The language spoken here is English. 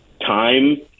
time